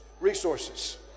resources